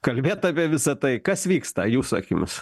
kalbėt apie visa tai kas vyksta jūsų akimis